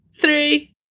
three